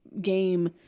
game